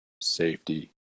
safety